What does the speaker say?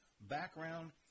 background